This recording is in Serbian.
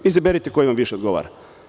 Izaberite koji vam više odgovara.